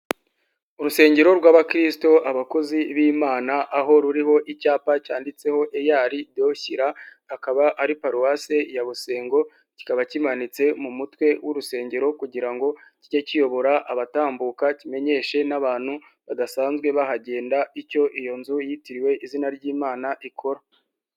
Urusengero rw'abakristo abakozi b'Imana, aho ruriho icyapa cyanditseho EAR do Shyira akaba ari paruwase ya busengo, kikaba kimanitse mu mutwe w'urusengero, kugira ngo kijye kiyobora abatambuka, kimenyeshe n'abantu badasanzwe bahagenda icyo iyo nzu yitiriwe izina ry'Imana ikora.